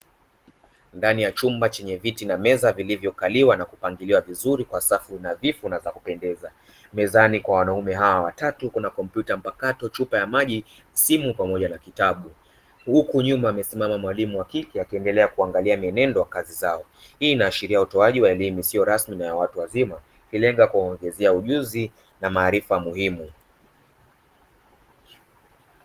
Ndani ya chumba chenye viti na meza vilivyokaliwa na kupangiliwa vizuri kwa safu nadhifu na za kupendeza mezani kwa wanaume hawa watatu kuna kompyuta mpakato, chupa ya maji, simu pamoja na vitabu huku nyuma amesimama mwalimu wa kike akiendelea kuangalia mienendo ya kazi zao. Hii inaashiria utoaji wa elimu isiyo rasmi na ya watu wazima ikilenga kuwaongezea ujuzi na maarifa muhimu.